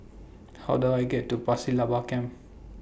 How Do I get to Pasir Laba Camp